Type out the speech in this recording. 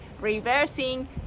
reversing